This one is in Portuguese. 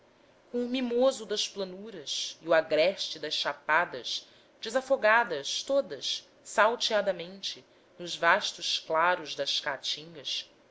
o mimoso das planuras e o agreste das chapadas desafogadas todas salteadamente nos vastos claros das caatingas